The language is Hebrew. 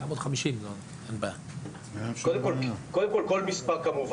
כמובן שכל מספר.